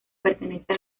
pertenece